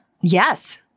Yes